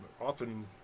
often